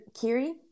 Kiri